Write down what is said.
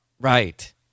right